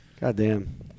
Goddamn